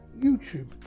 youtube